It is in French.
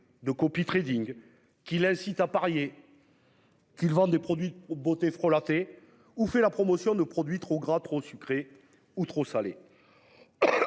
De copies Trading qui l'incite à parier. Qu'ils vendent des produits aux beautés frelatées ou fait la promotion de produits trop gras, trop sucrés ou trop salés.